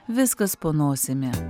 viskas po nosimi